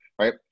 right